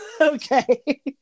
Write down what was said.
okay